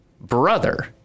brother